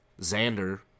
Xander